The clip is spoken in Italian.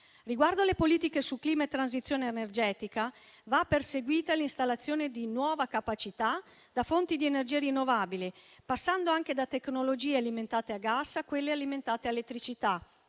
Riguardo alle politiche su clima e transizione energetica va perseguita l'installazione di nuova capacità da fonti di energia rinnovabili, passando anche da tecnologie alimentate a gas a quelle alimentate a elettricità,